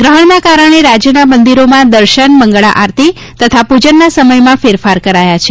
ગ્રહણના કારણે રાજયનાં મંદિરોમાં દર્શન મંગળા આરતી તથા પૂજનના સમયમાં ફેરફાર કરાયા છે